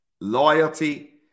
Loyalty